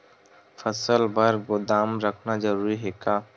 फसल बर गोदाम रखना जरूरी हे का?